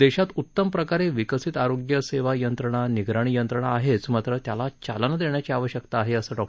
देशात उत्तमप्रकारे विकसित आरोग्यसेवा यंत्रणा निगराणी यंत्रणा आहेच मात्र त्याला चालना देण्याची आवश्यकता आहे असं डॉ